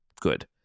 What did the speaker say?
good